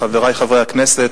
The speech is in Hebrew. חברי חברי הכנסת,